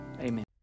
amen